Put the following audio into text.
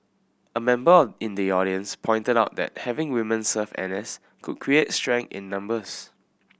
a member in the audience pointed out that having woman serve N S could create strength in numbers